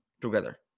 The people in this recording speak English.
together